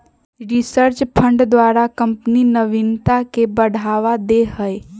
research fund द्वारा company नविनता के बढ़ावा दे हइ